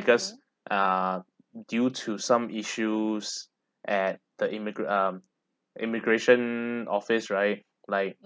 because uh due to some issues at the immigrant um immigration office right like